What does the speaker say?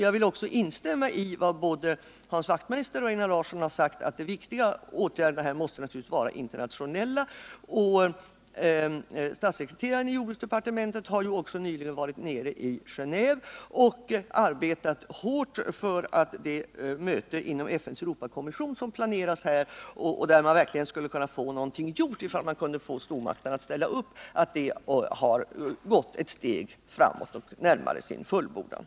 Jag vill också instämma i vad både Hans Wachtmeister och Einar Larsson har sagt, nämligen att de viktigaste åtgärderna måste vara internationella. Statssekreteraren i jordbruksdepartementet har nyligen varit nere i Genéve och arbetat hårt inför det möte inom FN:s Europakommission som nu planeras och där man verkligen skulle kunna få någonting gjort, om man kunde få stormakterna att ställa upp. Det arbetet har nu kommit ett steg framåt och således närmare sin fullbordan.